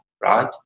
right